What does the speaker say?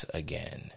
again